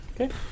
Okay